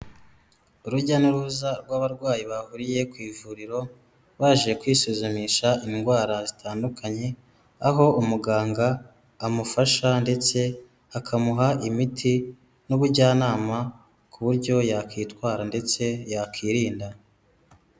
Urujya n'uruza rw'abarwayi bahuriye ku ivuriro, baje kwisuzumisha indwara zitandukanye, aho umuganga amufasha ndetse akamuha imiti n'ubujyanama, ku buryo yakitwara, ndetse yakirinda.